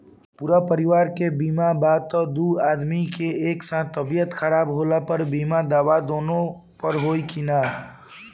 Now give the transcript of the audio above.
पूरा परिवार के बीमा बा त दु आदमी के एक साथ तबीयत खराब होला पर बीमा दावा दोनों पर होई की न?